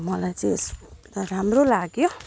र मलाई चाहिँ यस राम्रो लाग्यो